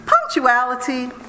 punctuality